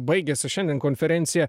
baigiasi šiandien konferencija